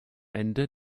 ende